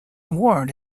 ward